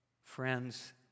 Friends